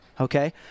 Okay